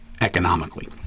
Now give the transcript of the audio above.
economically